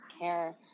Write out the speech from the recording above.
care